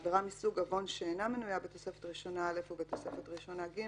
(ג) בעבירה מסוג עוון שאינה מנויה בתוספת ראשונה א' ובתוספת ראשונה ג'